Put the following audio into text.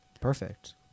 perfect